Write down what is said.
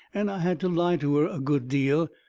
and i had to lie to her a good deal,